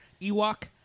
Ewok